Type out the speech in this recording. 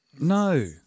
No